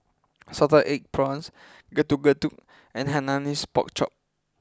Salted Egg Prawns Getuk Getuk and Hainanese Pork Chop